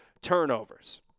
turnovers